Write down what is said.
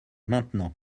maintenant